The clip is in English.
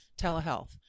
telehealth